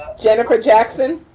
jennifer jackson.